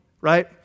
right